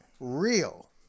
real